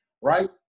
right